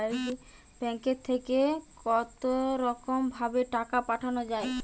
ব্যাঙ্কের থেকে কতরকম ভাবে টাকা পাঠানো য়ায়?